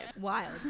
wild